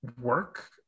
work